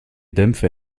dämpfe